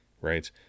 right